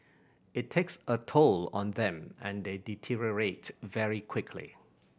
it takes a toll on them and they deteriorate very quickly